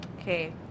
Okay